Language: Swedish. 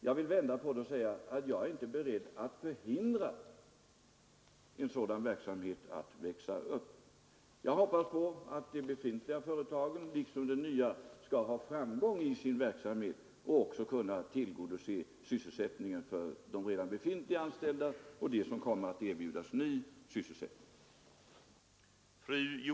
Jag vill vända på saken och säga, att jag inte är beredd att förhindra en sådan verksamhets uppväxt. Jag hoppas att de befintliga företagen, liksom det nya, skall ha framgång i sin verksamhet och också skall kunna tillgodose sysselsättningen både för de redan befintliga anställda och för dem som kommer att nyrekryteras.